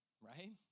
right